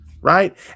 Right